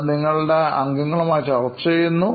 അത് നിങ്ങടെ അംഗങ്ങളുമായി ചർച്ച ചെയ്യുന്നു